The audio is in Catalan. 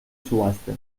subhasta